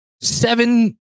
seven